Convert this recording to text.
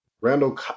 Randall